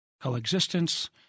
coexistence